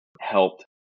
helped